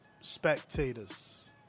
spectators